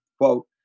quote